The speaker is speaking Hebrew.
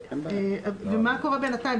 ומה קורה בינתיים?